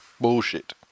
bullshit